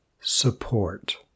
support